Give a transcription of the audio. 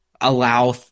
allow